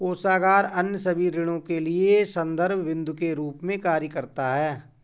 कोषागार अन्य सभी ऋणों के लिए संदर्भ बिन्दु के रूप में कार्य करता है